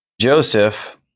Joseph